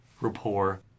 rapport